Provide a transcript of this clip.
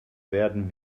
werden